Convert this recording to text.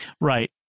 Right